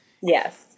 Yes